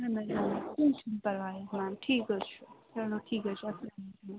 اَہَن حظ آ کیٚنٛہہ چھُنہٕ پرواے میم ٹھیٖک حظ چھُ چلو ٹھیٖک حظ چھُ اَسلامُ علیکُم